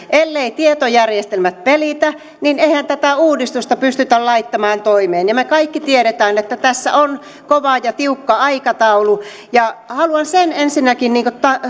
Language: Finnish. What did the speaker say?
elleivät tietojärjestelmät pelitä niin eihän tätä uudistusta pystytä laittamaan toimeen ja me kaikki tiedämme että tässä on kova ja tiukka aikataulu haluan sen ensinnäkin